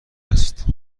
است